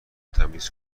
تمیز